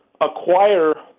acquire